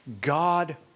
God